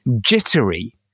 jittery